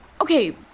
Okay